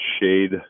shade